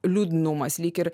liūdnumas lyg ir